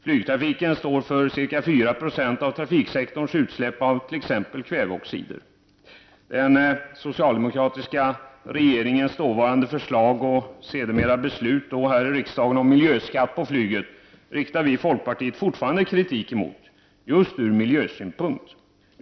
Flygtrafiken står för ca 4 90 av trafiksektorns utsläpp av t.ex. kväveoxider. Den socialdemokratiska regeringens förslag, som ledde till ett beslut här i riksdagen, om miljöskatt på flyget riktar vi i folkpartiet fortfarande kritik emot, just ur miljösynpunkt.